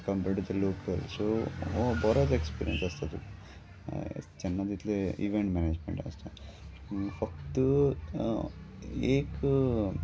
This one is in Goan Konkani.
कंपॅर्ड टू लोकल सो हो बरोच ऍक्सपिरियंस्ड आसता तुका जेन्ना तितले इवँट मॅनेजमँट आसता फक्त एक